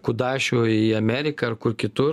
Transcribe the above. kudašių į ameriką ar kur kitur